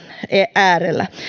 äärellä